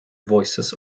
voices